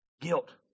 Guilt